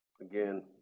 Again